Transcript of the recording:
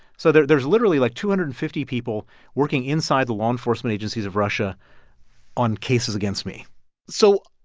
so there's there's literally, like, two hundred and fifty people working inside the law enforcement agencies of russia on cases against me so,